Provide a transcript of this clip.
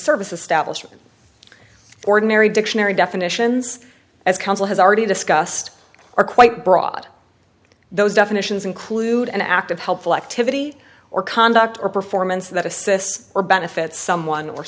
service establishment ordinary dictionary definitions as counsel has already discussed are quite broad those definitions include an active helpful activity or conduct or performance that assists or benefits someone or